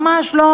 ממש לא,